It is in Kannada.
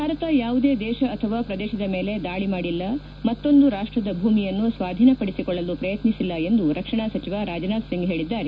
ಭಾರತ ಯಾವುದೇ ದೇಶ ಅಥವಾ ಶ್ರದೇಶದ ಮೇಲೆ ದಾಳಿ ಮಾಡಿಲ್ಲ ಮತ್ತೊಂದು ರಾಷ್ಷದ ಭೂಮಿಯನ್ನು ಸ್ವಾಧೀನ ಪಡಿಸಿಕೊಳ್ಳಲು ಪ್ರಯತ್ಶಿಸಿಲ್ಲ ಎಂದು ರಕ್ಷಣಾ ಸಚಿವ ರಾಜನಾಥ್ ಸಿಂಗ್ ಹೇಳಿದ್ದಾರೆ